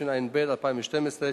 התשע"ב 2012,